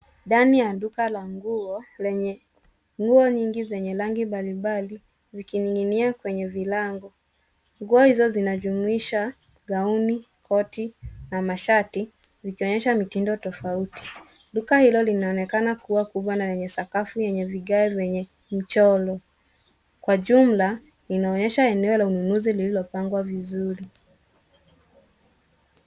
Ndani ya duka la nguo lenye rangi mbalimbali zikining'inia kwenye vilango. Nguo hizo zinajumuisha gauni, koti na mashati, zikionyesha mitindo tofauti. Duka hilo linaonekana kuwa kubwa lenye sakafu, lenye vigae vyenye mchoro. Kwa jumla, linaonyesha eleneo lenye ununuzi lililopangwa vizuri.